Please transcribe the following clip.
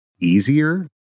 easier